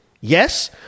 yes